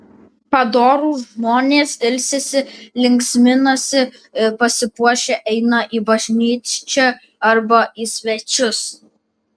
padorūs žmonės ilsisi linksminasi pasipuošę eina į bažnyčią arba į svečius